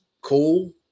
cool